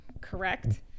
Correct